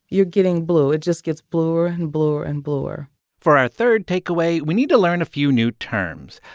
you're getting blue. it just gets bluer and bluer and bluer for our third takeaway, we need to learn a few new terms.